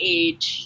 age